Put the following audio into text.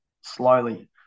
Slowly